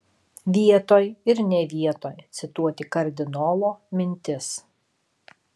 vietoj ir ne vietoj cituoti kardinolo mintis